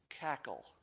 cackle